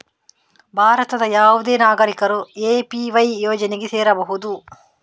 ಭಾರತದ ಯಾವುದೇ ನಾಗರಿಕರು ಎ.ಪಿ.ವೈ ಯೋಜನೆಗೆ ಸೇರಬಹುದು